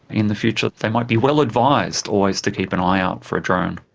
in the future they might be well advised always to keep an eye out for a drone.